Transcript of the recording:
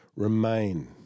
Remain